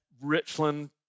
Richland